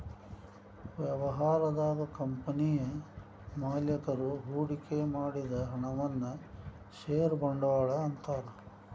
ವ್ಯವಹಾರದಾಗ ಕಂಪನಿಯ ಮಾಲೇಕರು ಹೂಡಿಕೆ ಮಾಡಿದ ಹಣವನ್ನ ಷೇರ ಬಂಡವಾಳ ಅಂತಾರ